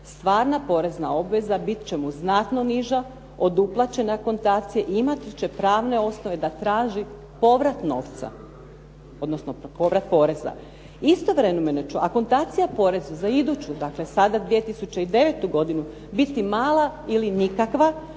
stvarna porezna obveza biti će mu znatno niža od uplaćene akontacije i imati će pravne osnove da traži povrat novca, odnosno povrat poreza. Istovremeno će akontacija poreza za iduću, dakle, sada 2009. godinu biti mala ili nikakva